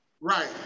Right